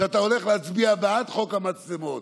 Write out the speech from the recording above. שאתה הולך להצביע בעת חוק המצלמות,